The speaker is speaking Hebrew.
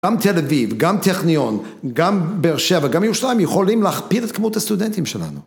גם תל אביב, גם טכניון, גם באר שבע, גם ירושלים, יכולים להכפיל את כמות הסטודנטים שלנו.